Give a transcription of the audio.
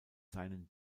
seinen